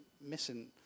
missing